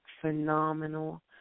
phenomenal